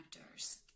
actors